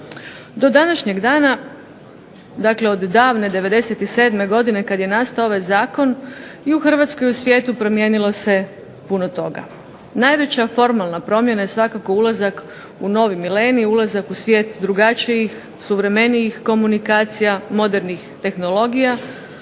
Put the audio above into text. Do današnjeg dana, dakle od davne '97. godine kad je nastao ovaj zakon, i u Hrvatskoj i u svijetu promijenilo se puno toga. Najveća formalna promjena je svakako ulazak u novi milenij, ulazak u svijet drugačijih, suvremenijih komunikacija, modernih tehnologija,